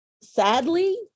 Sadly